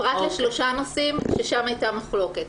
פרט לשלושה נושאים ששם הייתה מחלוקת.